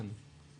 כן.